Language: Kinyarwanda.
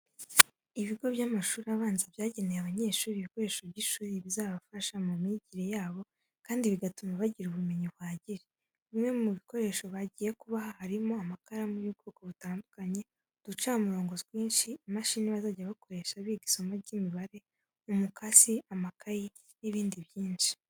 Ibigo by'amashuri abanza byageneye abanyeshuri ibikoresho by'ishuri bizabafasha mu myigire yabo kandi bigatuma bagira ubumenyi buhagije. Bimwe mu bikoresho bagiye kubaha harimo amakaramu y'ubwoko butandukanye, uducamurongo twinshi, imashini bazajya bakoresha biga isomo ry'imibare, umukasi, amakayi n'ibindi byinshi.